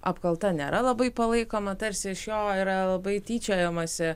apkalta nėra labai palaikoma tarsi iš jo yra labai tyčiojamasi